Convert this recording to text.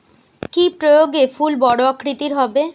কি প্রয়োগে ফুল বড় আকৃতি হবে?